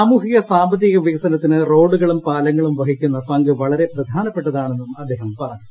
സാമൂഹിക സാമ്പത്തിക വികസനത്തിന് റോഡുകളും പാലങ്ങളും വഹിക്കുന്ന പങ്ക് വളരെ പ്രധാനപ്പെട്ടതാണെന്നും അദ്ദേഹം പറഞ്ഞു